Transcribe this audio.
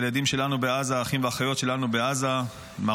הילדים שלנו בעזה, האחים והאחיות שלנו בעזה.